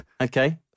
Okay